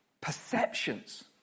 perceptions